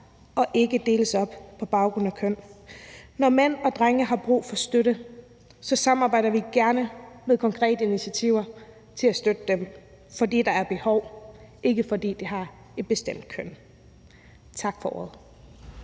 og ikke deles op på baggrund af køn. Når mænd og drenge har brug for støtte, samarbejder vi gerne om konkrete initiativer til at støtte dem, fordi der er behov, ikke fordi de har et bestemt køn. Tak for ordet.